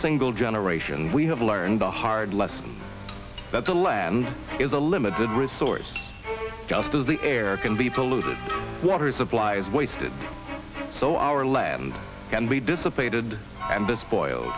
single generation we have learned the hard lesson that the lens is a limited resource just as the air can be polluted water supplies wasted so our land can be dissipated and this boils